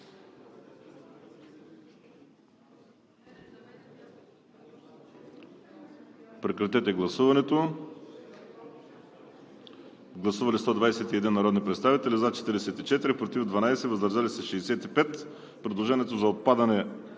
подкрепено от Комисията. Гласували 121 народни представители: за 44, против 12, въздържали се 65. Предложението за отпадане